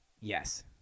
Yes